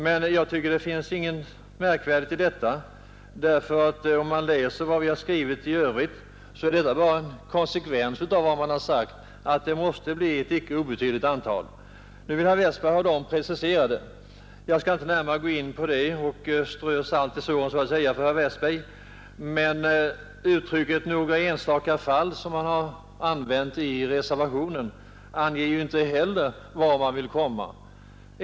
Men det finns enligt min mening inget märkvärdigt i detta, för läser man vad vi s2 skrivit i övrigt är detta bara en konsekvens av vad man sagt om att det måste bli ett icke obetydligt antal. Nu vill herr Westberg ha detta antal preciserat. Jag vill inte närmare gå in på denna sak och så att säga strö salt i såren för herr Westberg, men uttrycket ”några enstaka fall” som han använt i reservationen anger ju inte heller vart man vill komma.